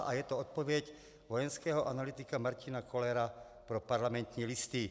A je to odpověď vojenského analytika Martina Kollera pro Parlamentní listy.